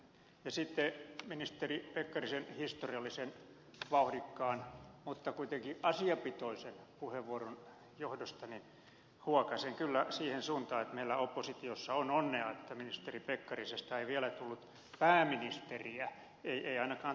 sitten ministeri pekkarisen historiallisen vauhdikkaan mutta kuitenkin asiapitoisen puheenvuoron johdosta huokaisen kyllä siihen suuntaan että meillä oppositiossa on onnea että ministeri pekkarisesta ei vielä tullut pääministeriä ei ainakaan toistaiseksi